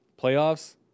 Playoffs